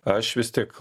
aš vis tiek